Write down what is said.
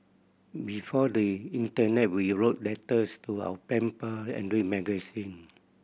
before the in internet we wrote letters to our pen pal and read magazine